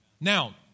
Now